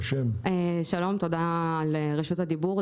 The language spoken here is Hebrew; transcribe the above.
שלום, תודה רבה על רשות הדיבור.